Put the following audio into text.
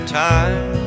time